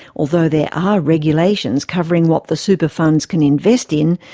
although there are regulations covering what the super funds can invest in,